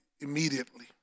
immediately